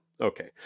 Okay